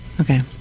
Okay